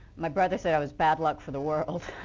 my brother said i was bad luck for the world.